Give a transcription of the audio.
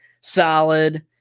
solid